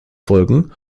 folgen